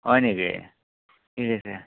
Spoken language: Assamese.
হয় নেকি ঠিক আছে